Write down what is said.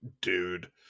dude